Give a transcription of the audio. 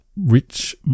rich